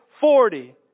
Forty